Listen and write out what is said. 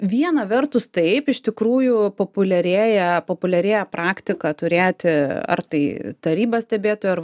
viena vertus taip iš tikrųjų populiarėja populiarėja praktika turėti ar tai tarybą stebėtojų ar